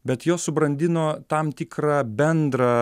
bet jos subrandino tam tikrą bendrą